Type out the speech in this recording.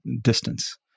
distance